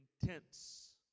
intense